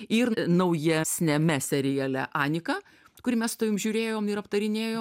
ir naujesniame seriale anika kurį mes su tavim žiūrėjom ir aptarinėjo